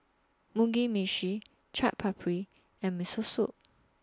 Mugi Meshi Chaat Papri and Miso Soup